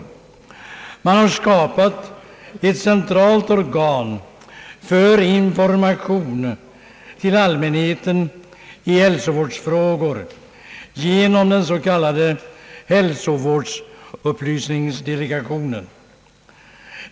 I den s.k. hälsovårdsupplysningsdelegationen har det skapats ett centralt organ för information till allmänheten i hälsovårdsfrågor.